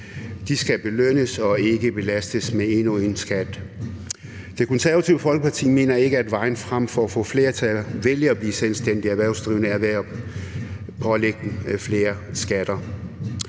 De skal belønnes og ikke belastes med endnu en skat. Det Konservative Folkeparti mener ikke, at vejen frem for at få flere til at vælge at blive selvstændig erhvervsdrivende er ved at pålægge flere skatter.